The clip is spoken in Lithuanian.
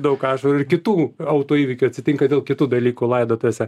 daug ašarų ir kitų autoįvykių atsitinka dėl kitų dalykų laidotuvėse